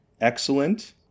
excellent